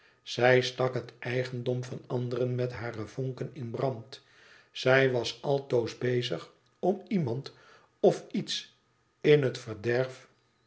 zij stak het eigendom van anderen met hare vonken in brand zij was altoos bezig om iemand of iets in het verderf